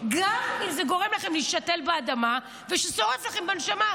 גם אם זה גורם לכם להישתל באדמה ושורף לכם בנשמה.